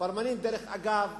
פורמלין, דרך אגב,